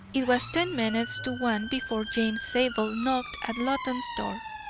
it was ten minutes to one before james zabel knocked at loton's door.